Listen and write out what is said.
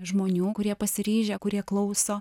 žmonių kurie pasiryžę kurie klauso